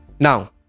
Now